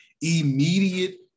immediate